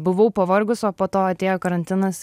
buvau pavargus o po to atėjo karantinas